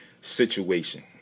situation